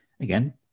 Again